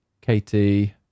Katie